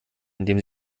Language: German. indem